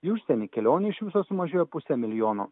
į užsienį kelionių iš viso sumažėjo puse milijono